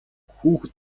хүүхэд